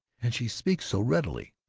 and she speaks so readily.